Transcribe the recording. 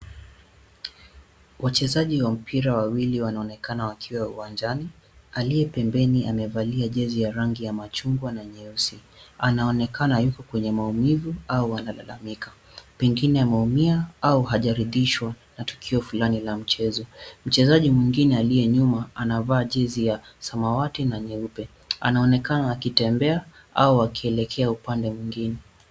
Wachezaji wa mpira wawili wanaonekana wakiwa uwanjani. Aliye pembeni amevalia jezi ya rangi ya machungwa na nyeusi. Anaonekana yuko kwenye maumivu au analalamika. Pengine ameumia au hajaridhishwa na tukio fulani la mchezo. Mchezaji mwingine aliye nyuma anavaa jezi ya samawati na nyeupe. Anaonekana akitembea au akielekea upande mwingine.